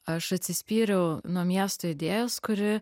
aš atsispyriau nuo miesto idėjos kuri